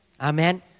Amen